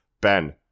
Ben